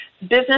business